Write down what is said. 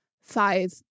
five